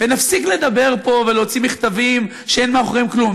ונפסיק לדבר פה ולהוציא מכתבים שאין מאחוריהם כלום,